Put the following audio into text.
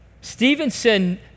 Stevenson